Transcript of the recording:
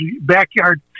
backyard